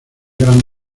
gran